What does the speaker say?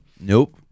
Nope